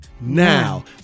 now